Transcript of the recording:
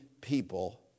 people